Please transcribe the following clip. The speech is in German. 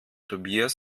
tobias